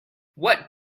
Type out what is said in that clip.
what